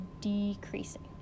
decreasing